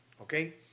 Okay